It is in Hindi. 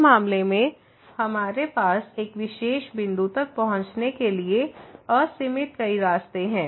इस मामले में हमारे पास एक विशेष बिंदु तक पहुंचने के लिए असीमित कई रास्ते हैं